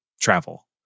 travel